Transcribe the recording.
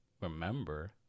remember